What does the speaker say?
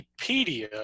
Wikipedia